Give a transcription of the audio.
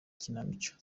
ikinamico